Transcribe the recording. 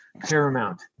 Paramount